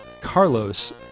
Carlos